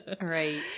right